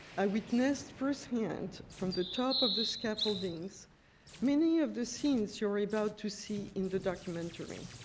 i witnessed firsthand from the top of the scaffoldings many of the scenes you're about to see in the documentary.